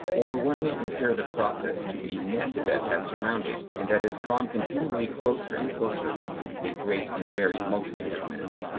or one may compare the process to a net that has surrounded, and that is drawn continually closer and closer upon, a great and varied multitude of men.